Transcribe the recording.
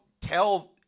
tell